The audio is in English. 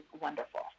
wonderful